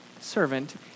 servant